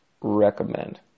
recommend